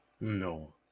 No